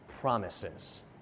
promises